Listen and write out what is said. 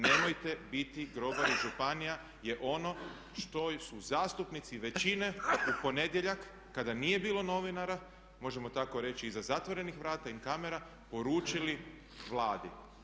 Nemojte biti grobari županija, jer ono što su zastupnici većine u ponedjeljak kada nije bilo novinara, možemo tako reći iza zatvorenih vrata in camera uručili Vladi.